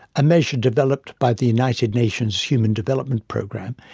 a measure developed by the united nations human development program.